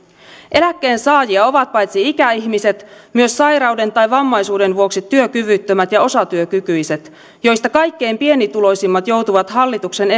eläkkeensaajia ovat paitsi ikäihmiset myös sairauden tai vammaisuuden vuoksi työkyvyttömät ja osatyökykyiset joista kaikkein pienituloisimmat joutuvat hallituksen